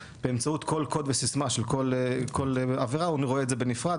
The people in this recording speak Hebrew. באמצעות כל קוד וסיסמה של כל עבירה הוא רואה את זה בנפרד,